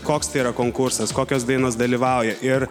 koks tai yra konkursas kokios dainos dalyvauja ir